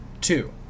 two